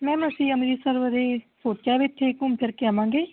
ma'am ਅਸੀਂ ਅੰਮ੍ਰਿਤਸਰ ਬਾਰੇ ਸੋਚਿਆ ਵੀ ਇੱਥੇ ਘੁੰਮ ਫਿਰ ਕੇ ਆਵਾਂਗੇ